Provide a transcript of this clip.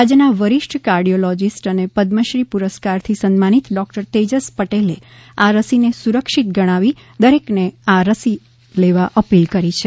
રાજ્યના વરિષ્ઠ કાર્ડિયોલોજિસ્ટ અને પદ્મશ્રી પુરસ્કારથી સન્માનીત ડો તેજસ પટેલે આ રસીને સુરક્ષિત ગણાવી દરેકને આ રસી અપીલ કરી છે